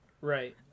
Right